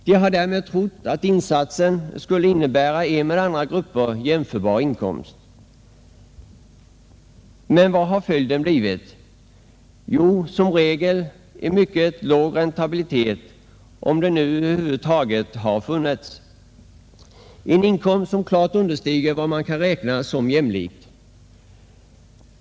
De har trott att den insatsen skulle ge en med andra grupper jämförbar inkomst. Men vad har följden blivit? Jo, som regel en mycket låg räntabilitet — om en sådan nu över huvud taget har funnits — och en inkomst som klart understiger vad som kan anses som jämlik.